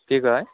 কি কয় হয়